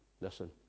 Listen